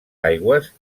aigües